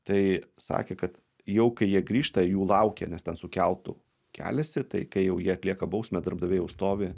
tai sakė kad jau kai jie grįžta jų laukia nes ten su keltu keliasi tai kai jau jie atlieka bausmę darbdaviai jau stovi